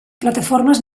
plataformes